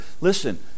Listen